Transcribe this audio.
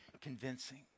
convincing